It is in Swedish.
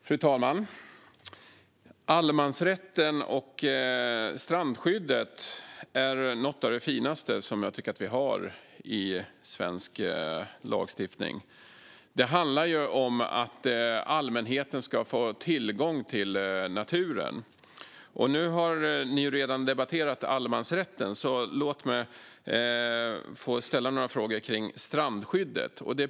Fru talman! Allemansrätten och strandskyddet är något av det finaste vi har i svensk lagstiftning. Det handlar ju om att allmänheten ska få tillgång till naturen. Nu har ni redan debatterat allemansrätten, så låt mig ställa några frågor om strandskyddet.